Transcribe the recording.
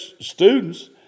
students